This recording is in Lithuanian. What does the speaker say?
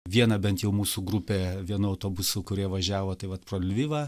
viena bent jau mūsų grupė vienu autobusu kurie važiavo tai vat pro lvivą